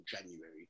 January